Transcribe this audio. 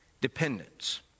Dependence